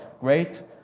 great